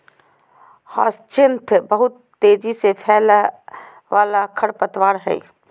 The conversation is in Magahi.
ह्यचीन्थ बहुत तेजी से फैलय वाला खरपतवार हइ